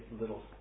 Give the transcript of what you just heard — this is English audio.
little